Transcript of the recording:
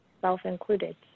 self-included